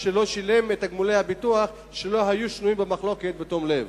שלא שילם את תגמולי הביטוח שלא היו שנויים במחלוקת בתום לב.